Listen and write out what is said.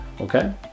okay